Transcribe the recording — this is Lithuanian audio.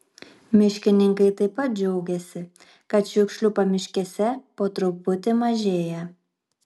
miškininkai taip pat džiaugiasi kad šiukšlių pamiškėse po truputį mažėja